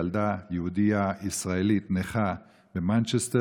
ילדה יהודייה ישראלית נכה במנצ'סטר.